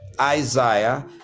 Isaiah